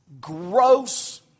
gross